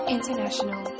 International